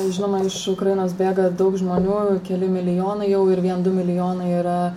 žinoma iš ukrainos bėga daug žmonių keli milijonai jau ir vien du milijonai yra